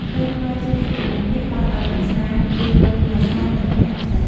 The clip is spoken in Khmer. ផ្លូវថ្មើរជើងចតុមុខនេះ បើកឲ្យកម្សាន្ដរៀងរាល់ថ្ងៃសៅរ៍ និងថ្ងៃអាទិត្យ។